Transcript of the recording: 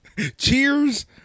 Cheers